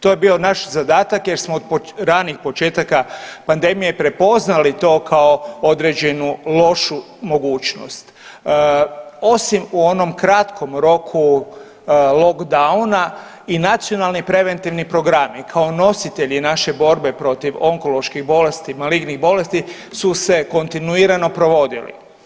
To je bio naš zadatak jer smo od ranih početaka pandemije prepoznali to kao određenu lošu mogućnost, osim u onom kratkom roku lockdowna i Nacionalni preventivni programi kao nositelji naše borbe protiv onkoloških bolesti i malignih bolesti su se kontinuirano provodili.